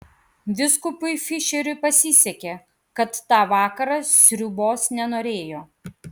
vyskupui fišeriui pasisekė kad tą vakarą sriubos nenorėjo